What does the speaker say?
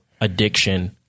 addiction